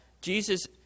Jesus